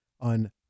on